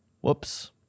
Whoops